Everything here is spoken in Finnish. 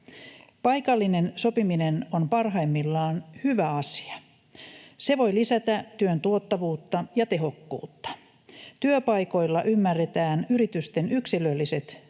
Paikallinen sopiminen on parhaimmillaan hyvä asia. Se voi lisätä työn tuottavuutta ja tehokkuutta. Työpaikoilla ymmärretään yritysten yksilölliset